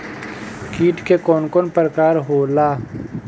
कीट के कवन कवन प्रकार होला?